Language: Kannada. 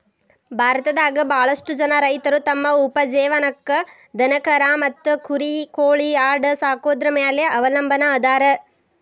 ಭಾರತದಾಗ ಬಾಳಷ್ಟು ಜನ ರೈತರು ತಮ್ಮ ಉಪಜೇವನಕ್ಕ ದನಕರಾ ಮತ್ತ ಕುರಿ ಕೋಳಿ ಆಡ ಸಾಕೊದ್ರ ಮ್ಯಾಲೆ ಅವಲಂಬನಾ ಅದಾರ